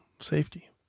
safety